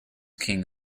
king